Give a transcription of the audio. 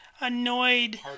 annoyed